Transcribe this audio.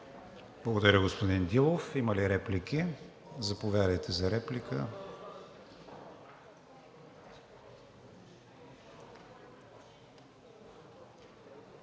Благодаря, господин Биков. Има ли реплики? Заповядайте за реплика,